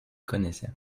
connaissaient